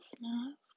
mask